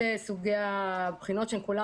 אלה הן הבחינות שאליהן